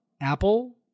Apple